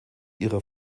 ihrer